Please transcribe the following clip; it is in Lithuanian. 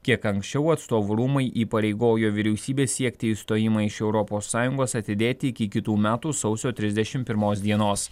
kiek anksčiau atstovų rūmai įpareigojo vyriausybę siekti išstojimo iš europos sąjungos atidėti iki kitų metų sausio trisdešim pirmos dienos